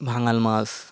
ভাঙাল মাছ